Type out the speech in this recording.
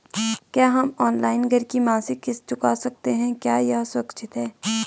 क्या हम ऑनलाइन घर की मासिक किश्त चुका सकते हैं क्या यह सुरक्षित है?